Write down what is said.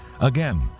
Again